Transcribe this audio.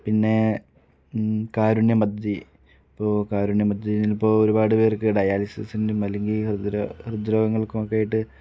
പിന്നെ കാരുണ്യം പദ്ധതി ഇപ്പോൾ കാരുണ്യം പദ്ധതിയിൽ ഇപ്പോൾ ഒരുപാട് പേർക്ക് ഡയാലിസിസിനും അല്ലെങ്കിൽ ഹൃദ്രോ ഹൃദ്രോഗങ്ങൾക്കൊക്കെയായിട്ട്